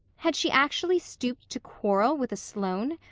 had she actually stooped to quarrel with a sloane?